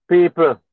People